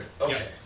Okay